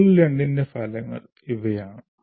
module 2 ന്റെ ഫലങ്ങൾ ഇവയാണ്